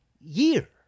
year